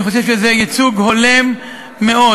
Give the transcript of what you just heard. אני חושב שזה ייצוג הולם מאוד.